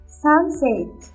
sunset